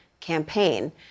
campaign